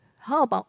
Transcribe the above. how about